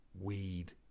Weed